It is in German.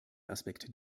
aspekt